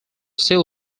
still